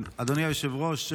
אדוני היושב-ראש,